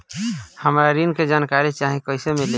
हमरा ऋण के जानकारी चाही कइसे मिली?